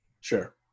Sure